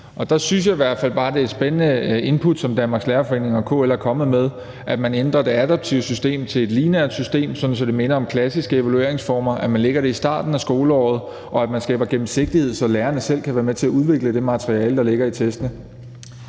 der synes jeg i hvert fald bare, at det er et spændende input, som Danmarks Lærerforening og KL er kommet med, altså at man ændrer det adaptive system til et lineært system, sådan at det minder om klassiske evalueringsformer, at man lægger det i starten af skoleåret, og at man skaber gennemsigtighed, så lærerne selv kan være med til at udvikle det materiale, der ligger i testene.